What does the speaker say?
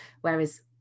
whereas